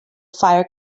fire